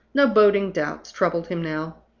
no boding doubts, troubled him now.